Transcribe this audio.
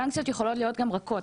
סנקציות יכולות להיות גם רכות,